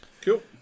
cool